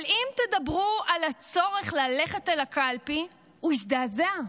אבל אם תדברו על הצורך ללכת אל הקלפי הוא יזדעזע.